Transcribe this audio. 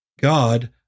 God